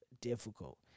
difficult